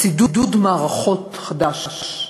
שידוד מערכות חדש,